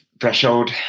threshold